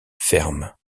ferme